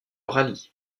rallye